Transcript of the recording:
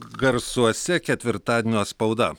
garsuose ketvirtadienio spauda